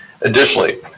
Additionally